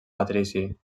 patrici